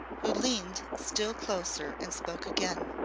who leaned still closer and spoke again.